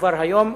כבר היום,